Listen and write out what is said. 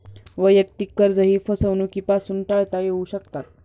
वैयक्तिक कर्जेही फसवणुकीपासून टाळता येऊ शकतात